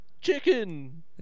chicken